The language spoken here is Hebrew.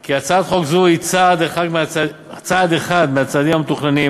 כי הצעת חוק זו היא צעד אחד מהצעדים המתוכננים